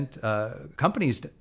companies